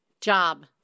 job